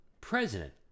president